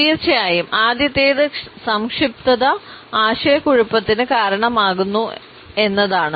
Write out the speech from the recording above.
തീർച്ചയായും ആദ്യത്തേത് സംക്ഷിപ്തത ആശയക്കുഴപ്പത്തിന് കാരണമാകുമെന്നതാണ്